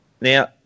Now